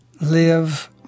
Live